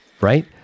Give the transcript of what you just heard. right